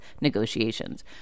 negotiations